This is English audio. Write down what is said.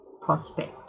Prospect